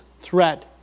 threat